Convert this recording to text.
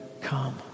come